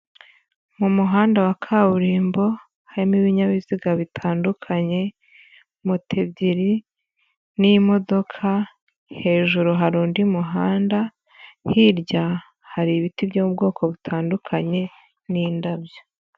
Mu muhanda wa kaburimbo harimo ibinyabiziga bitandukanye, moto ebyiri n'imodoka, hejuru hari undi muhanda, hirya hari ibiti byo mu bwoko butandukanye n'indabyo.